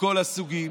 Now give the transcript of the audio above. מכל הסוגים,